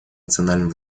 национальным